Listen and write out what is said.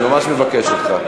אני ממש מבקש אותך.